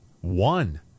One